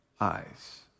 eyes